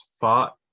fought